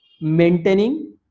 maintaining